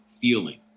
feeling